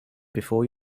before